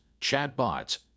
chatbots